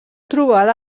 trobada